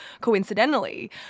coincidentally